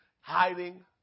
hiding